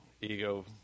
ego